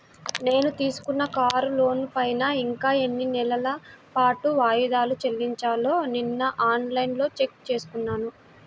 నేను తీసుకున్న కారు లోనుపైన ఇంకా ఎన్ని నెలల పాటు వాయిదాలు చెల్లించాలో నిన్నఆన్ లైన్లో చెక్ చేసుకున్నాను